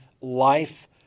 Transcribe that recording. life